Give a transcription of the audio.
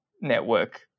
network